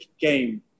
game